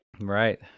Right